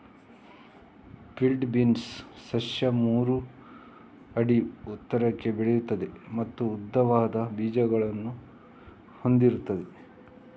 field beans ಸಸ್ಯ ಮೂರು ಅಡಿ ಎತ್ತರಕ್ಕೆ ಬೆಳೆಯುತ್ತದೆ ಮತ್ತು ಉದ್ದವಾದ ಬೀಜಗಳನ್ನು ಹೊಂದಿರುತ್ತದೆ